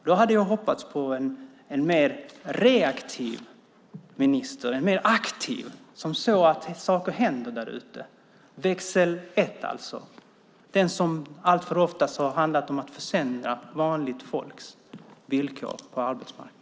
Jag hade hoppats på en mer reaktiv och aktiv minister som ser till att saker händer där ute och alltså lägger i växel ett, den som alltför ofta har handlat om att försämra vanligt folks villkor på arbetsmarknaden.